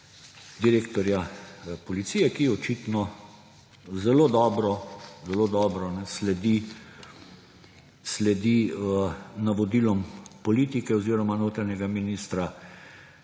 direktorja policije, ki očitno zelo dobro sledi navodilom politike oziroma notranjega ministra